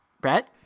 brett